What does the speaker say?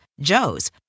Joe's